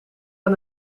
aan